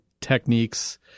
techniques